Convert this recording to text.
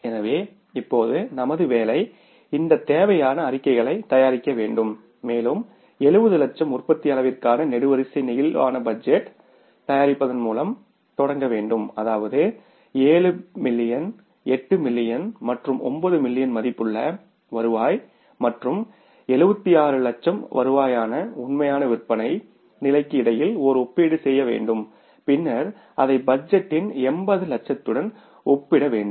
எனவே இப்போது நமது வேலை இந்த தேவையான அறிக்கைகளைத் தயாரிக்க வேண்டும் மேலும் 70 லட்சம் உற்பத்தி அளவிற்கான நெடுவரிசை பிளேக்சிபிள் பட்ஜெட் டைத் தயாரிப்பதன் மூலம் தொடங்க வேண்டும் அதாவது 7 மில்லியன் 8 மில்லியன் மற்றும் 9 மில்லியன் மதிப்புள்ள வருவாய் மற்றும் 7600000 வருவாயான உண்மையான விற்பனை நிலைக்கு இடையில் ஒரு ஒப்பீடு செய்ய வேண்டும் பின்னர் அதை பட்ஜெட்டின் 80 லட்சத்துடன் ஒப்பிடுகிட வேண்டும்